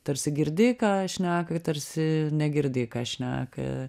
tarsi girdi ką šneką tarsi negirdi ką šneka